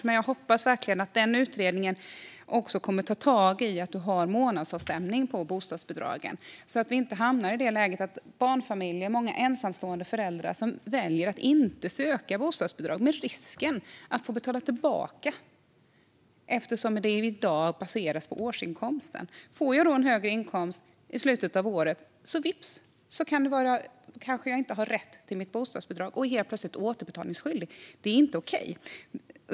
Men jag hoppas verkligen att den utredningen kommer att ta tag i att ha månadsavstämning på bostadsbidragen så att vi inte hamnar i det läget att barnfamiljer och många ensamstående föräldrar väljer att inte söka bostadsbidrag. Det finns en risk att de kan få betala tillbaka bostadsbidraget eftersom det i dag baseras på årsinkomsten. Får man en högre inkomst i slutet av året kanske man vips inte har rätt till sitt bostadsbidrag och helt plötsligt blir återbetalningsskyldig. Det är inte okej.